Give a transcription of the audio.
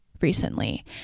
recently